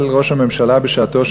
אבל ראש הממשלה בשעתו,